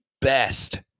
best